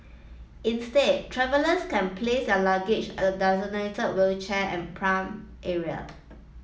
instead travellers can place their luggage at the designated wheelchair and pram area